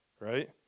right